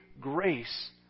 grace